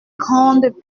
grandes